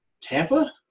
Tampa